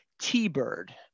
T-Bird